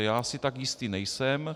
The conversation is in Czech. Já si tak jistý nejsem.